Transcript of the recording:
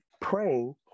praying